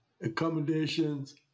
accommodations